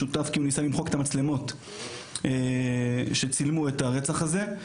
שותף כי הוא ניסה למחוק את המצלמות שצילמו את הרצח הזה,